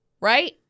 Right